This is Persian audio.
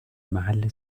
محل